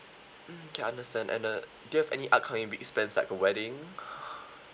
mm okay understand and uh do you have any upcoming big spends like a wedding